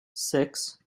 six